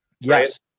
Yes